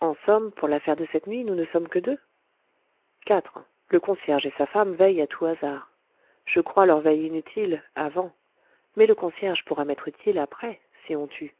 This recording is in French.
en somme pour l'affaire de cette nuit nous ne sommes que deux quatre le concierge et sa femme veillent à tout hasard je crois leur veille inutile avant mais le concierge pourra m'être utile après si on tue